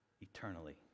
eternally